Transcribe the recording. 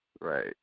Right